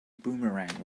boomerang